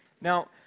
Now